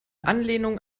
anlehnung